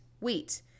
wheat